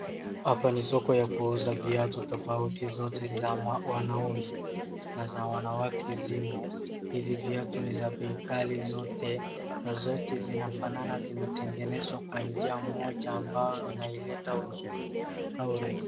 Hapa ni soko ya kuuza viatu tofauti zote za wanaume na za wanawake zimo. Hizi viatu ni za bei ghali zote na zote zinafanana zimetegenezwa kwa njia moja ambao inaileta uzuri na urembo.